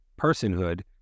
personhood